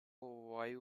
why